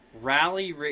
Rally